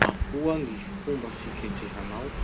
Ahoa gny fomba fiketrehanao